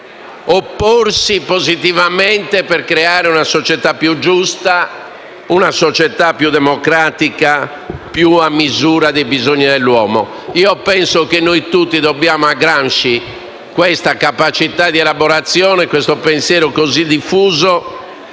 opporsi positivamente per creare una società più giusta, più democratica e più a misura dei bisogni dell'uomo. Penso che noi tutti dobbiamo a Gramsci questa capacità di elaborazione, questo pensiero così diffuso.